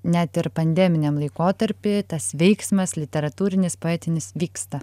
net ir pandeminiam laikotarpy tas veiksmas literatūrinis poetinis vyksta